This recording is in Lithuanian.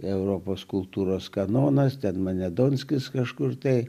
europos kultūros kanonas ten mane donskis kažkur tai